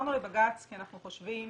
עתרנו לבג"צ כי אנחנו חושבים